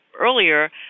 earlier